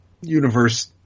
universe